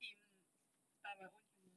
in by my own humour